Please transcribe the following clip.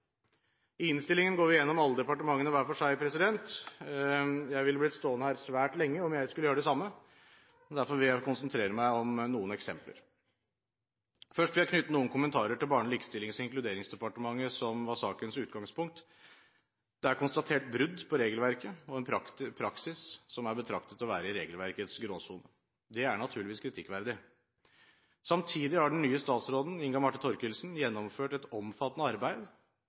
i hvert enkelt tilfelle. I innstillingen går vi igjennom alle departementene hver for seg. Jeg ville blitt stående her svært lenge om jeg skulle gjøre det samme, derfor vil jeg konsentrere meg om noen eksempler. Først vil jeg knytte noen kommentarer til Barne-, likestillings- og inkluderingsdepartementet, som var sakens utgangspunkt. Det er konstatert brudd på regelverket og en praksis som er betraktet å være i regelverkets gråsone. Det er naturligvis kritikkverdig. Samtidig har den nye statsråden, Inga Marte Thorkildsen, gjennomført et omfattende arbeid